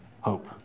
hope